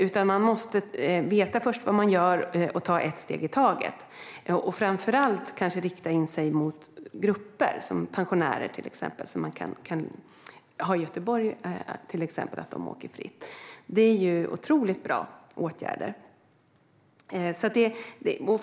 Först måste man veta vad man gör, ta ett steg i taget och kanske framför allt rikta in sig på grupper, till exempel fri kollektivtrafik för pensionärer i Göteborg. Det är mycket bra åtgärder.